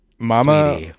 mama